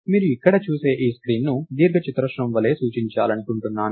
మీరు ఇక్కడ చూసే ఈ స్క్రీన్ను దీర్ఘచతురస్రం వలె సూచించాలనుకుంటున్నాను